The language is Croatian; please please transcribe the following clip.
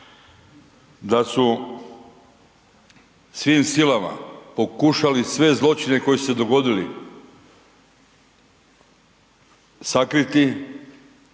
da su svim silama pokušali sve zločine koji su se dogodili sakriti